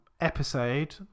episode